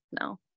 no